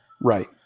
Right